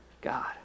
god